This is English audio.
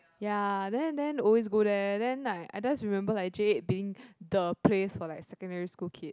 ya then then always go there then I I just remember like J eight being the place for like secondary school kid